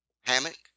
hammock